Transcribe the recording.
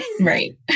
Right